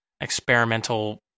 experimental